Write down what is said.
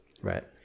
Right